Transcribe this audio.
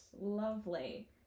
Lovely